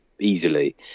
easily